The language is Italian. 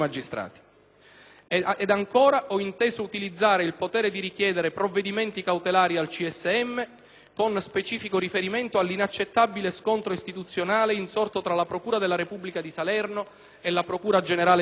Ed, ancora, ho inteso utilizzare il potere di richiedere provvedimenti cautelari al CSM con specifico riferimento all'inaccettabile scontro istituzionale insorto tra la procura della Repubblica di Salerno e la procura generale di Catanzaro,